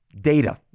data